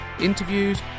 interviews